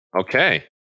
Okay